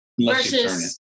Versus